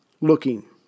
looking